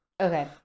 Okay